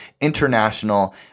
international